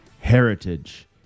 heritage